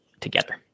together